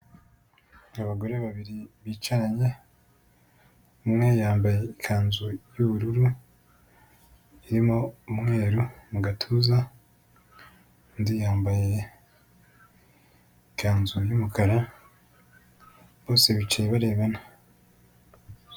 Abagore babiri bicaranye, umwe yambaye ikanzu y'ubururu irimo umweru mu gatuza, undi yambaye ikanzu y'umukara bose bicaye barebana.